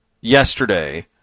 yesterday